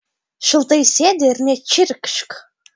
šiltai sėdi ir nečirkšk